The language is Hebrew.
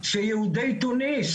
שיהודי תוניס,